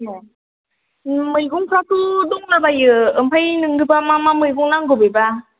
ए मैगंफ्राथ' दंलाबायो ओमफ्राय नोंनोबा मा मा मैगं नांगौ बेबा